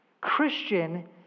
Christian